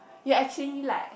you're actually like